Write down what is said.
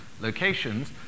locations